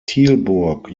tilburg